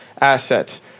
assets